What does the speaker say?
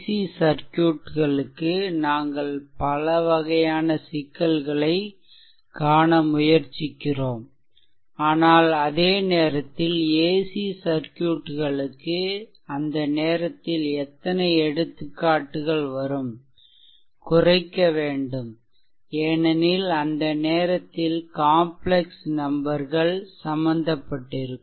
C சர்க்யூட்களுக்கு நாங்கள் பல வகையான சிக்கல்களைக் காண முயற்சிக்கிறோம் ஆனால் அதே நேரத்தில் ஏசி சர்க்யூட்களுக்கு அந்த நேரத்தில் எத்தனை எடுத்துக்காட்டுகள் வரும் குறைக்க வேண்டும் ஏனெனில் அந்த நேரத்தில் காம்ப்லெக்ஸ் நம்பர்கள் சம்பந்தப்பட்டிருக்கும்